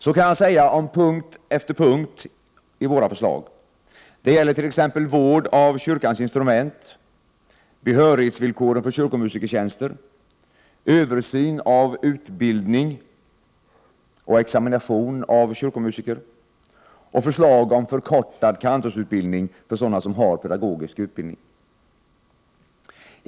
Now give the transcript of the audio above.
Så kan jag säga om punkt efter punkt i våra förslag. Det gäller t.ex. vård av kyrkans instrument, behörighetsvillkoren för kyrkomusikertjänster, översyn av utbildning och examination av kyrkomusiker och förslag om förkortad kantorsutbildning för sådana som har pedagogisk utbildning.